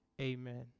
Amen